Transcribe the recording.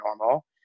normal